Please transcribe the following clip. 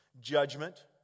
judgment